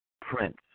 Prince